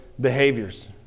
behaviors